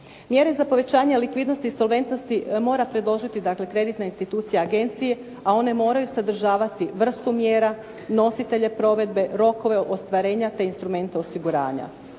Mjere za povećanje likvidnosti i solventnosti mora predložiti dakle kreditna institucija agencije, a one moraju sadržavati vrstu mjera, nositelje provedbe, rokove ostvarenja, te instrumente osiguranja.